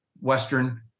Western